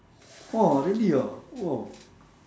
!wow! really ah !wow!